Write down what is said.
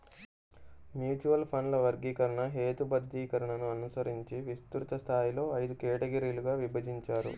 mutual ఫండ్ల వర్గీకరణ, హేతుబద్ధీకరణను అనుసరించి విస్తృత స్థాయిలో ఐదు కేటగిరీలుగా విభజించారు